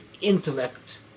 intellect